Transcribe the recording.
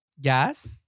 Yes